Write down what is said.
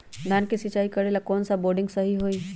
धान के सिचाई करे ला कौन सा बोर्डिंग सही होई?